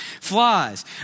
Flies